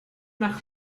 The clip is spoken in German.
nach